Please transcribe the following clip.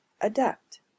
adapt